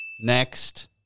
Next